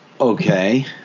Okay